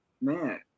man